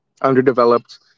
underdeveloped